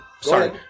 Sorry